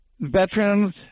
veterans